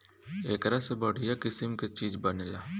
एकरा से बढ़िया किसिम के चीज बनेला